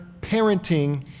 parenting